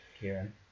Kieran